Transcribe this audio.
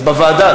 אז בוועדה.